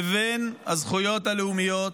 לבין הזכויות הלאומיות,